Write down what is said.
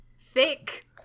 Thick